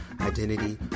identity